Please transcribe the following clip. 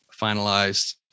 finalized